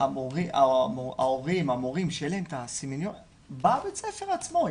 ההורים והמורים שיהיה להם הסמינר בבית הספר עצמו.